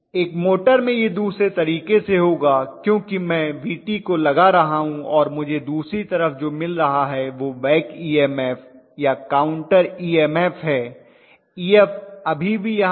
एक मोटर में यह दूसरे तरीके से होगा क्योंकि मैं Vt को लगा रहा हूं और मुझे दूसरी तरफ जो मिल रहा है वह बैक ईएमएफ या काउन्टर ईएमएफ है Ef अभी भी यहाँ है